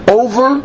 over